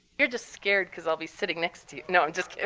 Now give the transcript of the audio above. you're just scared because i'll be sitting next to you. no, i'm just kidding.